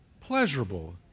pleasurable